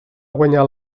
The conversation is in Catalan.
guanyar